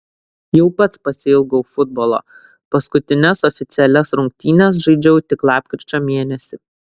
jau pats pasiilgau futbolo paskutines oficialias rungtynes žaidžiau tik lapkričio mėnesį